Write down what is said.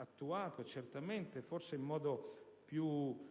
applicato forse in modo più